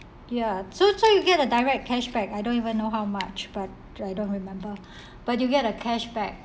ya so so you get a direct cashback I don't even know how much but I don't remember but you get a cashback